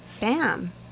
bam